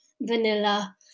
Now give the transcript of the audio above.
vanilla